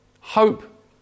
hope